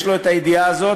יש לו הידיעה הזו,